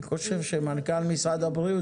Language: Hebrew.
אני חושב שמנכ"ל משרד הבריאות,